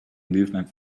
movement